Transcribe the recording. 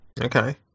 Okay